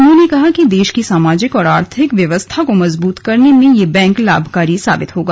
उन्होंने कहा कि देश की सामाजिक और आर्थिक व्यवस्था को मजबूत करने में यह बैंक लाभकारी सिद्द होगा